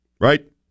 right